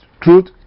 truth